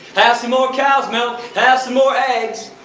have some more cows milk, have some more eggs!